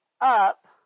up